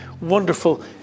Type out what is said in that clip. wonderful